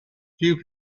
few